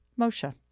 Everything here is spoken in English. Moshe